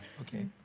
Okay